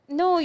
no